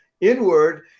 inward